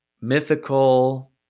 mythical